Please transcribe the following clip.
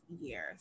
years